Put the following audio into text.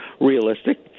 realistic